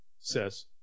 says